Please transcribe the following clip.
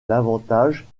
l’avantage